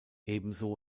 ebenso